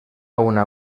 una